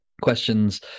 questions